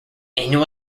annual